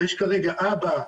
ויש כרגע אבא,